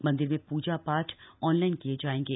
मन्दिर में पूजा पाठ ऑनलाइन किये जाएंगे